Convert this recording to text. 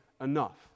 enough